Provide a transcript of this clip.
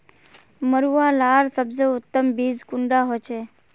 मरुआ लार सबसे उत्तम बीज कुंडा होचए?